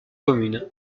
communes